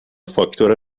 فاکتور